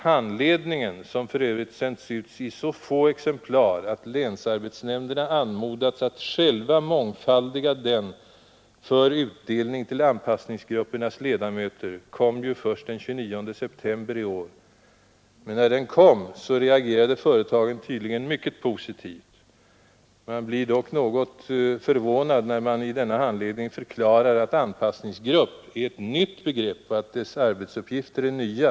Handledningen, som för övrigt sänts ut i så få exemplar att länsarbetsnämnderna anmodats att själva mångfaldiga den för utdelning till anpassningsgruppernas ledamöter, kom ju först den 29 september i år. Men när den kom, reagerade företagen tydligen mycket positivt. Man blir dock något förvånad när det i denna handledning förklaras att ”anpassningsgrupp” är ett ”nytt” begrepp och att arbetsuppgifterna är ”nya”.